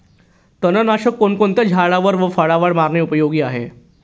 तणनाशक कोणकोणत्या झाडावर व फळावर मारणे उपयोगी आहे?